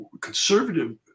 conservative